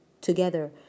together